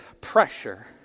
pressure